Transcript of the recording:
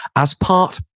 as part,